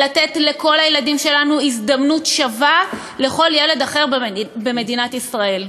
ולתת לכל הילדים שלנו הזדמנות שווה לכל ילד אחר במדינת ישראל.